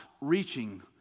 reaching